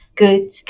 Good